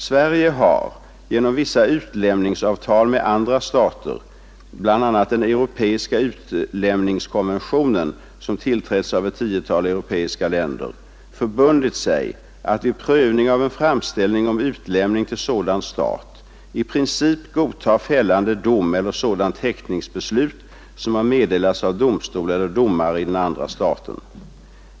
Sverige har genom vissa utlämningsavtal med andra stater, bl.a. europeiska utlämningskonventionen som tillträtts av ett tiotal europeiska länder, förbundit sig att vid prövning av en framställning om utlämning till sådan stat i princip godta fällande dom eller sådant häktningsbeslut som har meddelats av domstol eller domare i den andra staten.